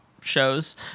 shows